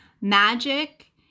Magic